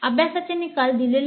अभ्यासाचे निकाल ta